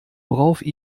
woraufhin